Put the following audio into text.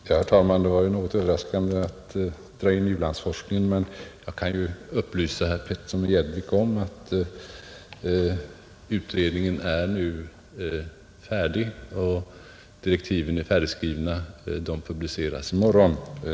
Herr talman! Det var något överraskande att u-landsforskningen skulle dras in i denna debatt. Men jag kan upplysa herr Petersson i Gäddvik om att utredningen nu är tillsatt och att direktiven kommer att publiceras i morgon.